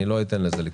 אני לא אתן לזה לקרות.